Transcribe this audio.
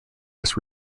was